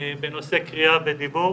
בנושא קריאה ודיבור,